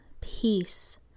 peace